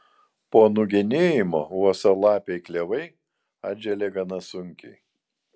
po nugenėjimo uosialapiai klevai atželia gana sunkiai